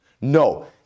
No